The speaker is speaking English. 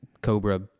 Cobra